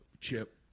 Chip